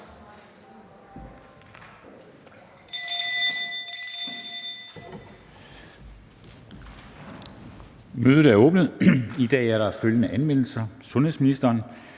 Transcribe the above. Mødet er åbnet. I dag er der følgende anmeldelser: Sundhedsministeren